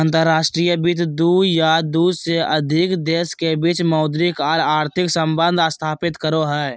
अंतर्राष्ट्रीय वित्त दू या दू से अधिक देश के बीच मौद्रिक आर आर्थिक सम्बंध स्थापित करो हय